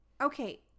Okay